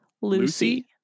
Lucy